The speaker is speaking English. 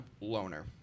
loner